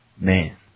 Man